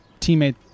teammate